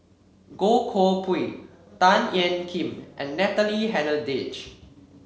Goh Koh Pui Tan Ean Kiam and Natalie Hennedige